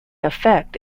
effect